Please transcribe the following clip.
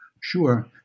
Sure